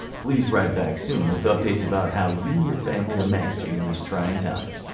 please write back soon with updates about how you and your family are managing in these trying times.